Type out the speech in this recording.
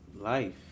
life